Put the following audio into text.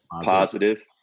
positive